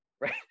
right